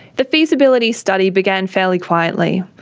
the feasibility study began fairly quietly.